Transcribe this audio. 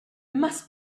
must